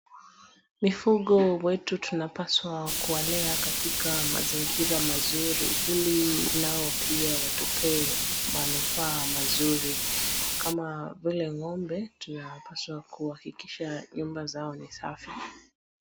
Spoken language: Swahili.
Mifugo wetu tunapaswa kuwalea katika mazingira mazuri ili nao pia watupee manufaa mazuri kama vile ng'ombe tunapaswa kuhakikisha nyumba zao ni safi.